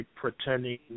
pretending